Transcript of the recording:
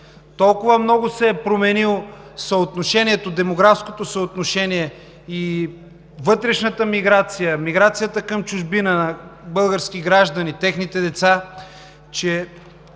толкова много се е променило демографското съотношение, вътрешната миграция, миграцията към чужбина – на български граждани и техните деца, че